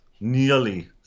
nearly